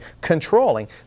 controlling